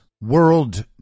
world